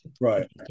Right